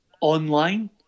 online